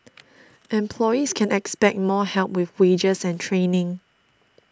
employees can expect more help with wages and training